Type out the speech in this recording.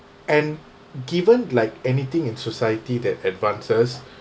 and given like anything in society that advances